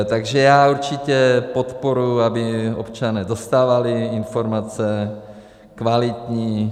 Takže já určitě podporuju, aby občané dostávali informace, kvalitní.